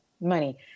money